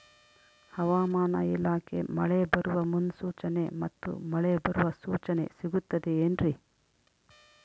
ಹವಮಾನ ಇಲಾಖೆ ಮಳೆ ಬರುವ ಮುನ್ಸೂಚನೆ ಮತ್ತು ಮಳೆ ಬರುವ ಸೂಚನೆ ಸಿಗುತ್ತದೆ ಏನ್ರಿ?